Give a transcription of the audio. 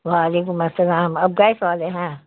و علیکم السلام آپ گیس والے ہیں